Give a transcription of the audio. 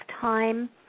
time